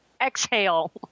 exhale